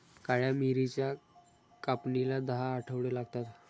काळ्या मिरीच्या कापणीला दहा आठवडे लागतात